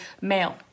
male